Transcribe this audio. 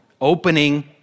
opening